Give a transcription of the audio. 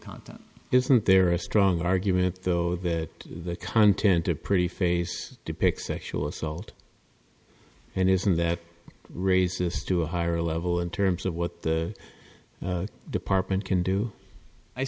content isn't there a strong argument though that the content a pretty face depicts sexual assault and isn't that racist to a higher level in terms of what the department can do i